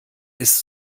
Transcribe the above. ist